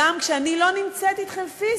גם כשאני לא נמצאת אתכם פיזית,